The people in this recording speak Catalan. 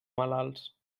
malalts